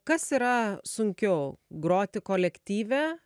kas yra sunkiau groti kolektyve